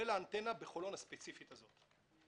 כולל האנטנה הספציפית הזאת בחולון.